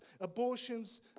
abortions